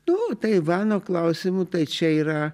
nu taivano klausimu tai čia yra